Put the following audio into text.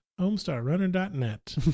homestarrunner.net